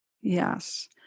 yes